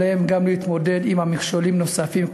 עליהם להתמודד עם מכשולים נוספים,